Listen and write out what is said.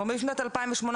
כלומר משנת 2018,